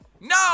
No